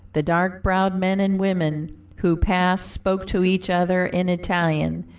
the dark-browed men and women who passed spoke to each other in italian,